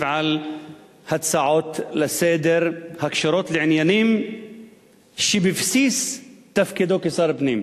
על הצעות לסדר-היום הקשורות לעניינים שבבסיס תפקידו כשר הפנים.